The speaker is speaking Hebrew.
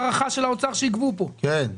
בספרד משלמים 3.76,